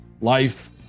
life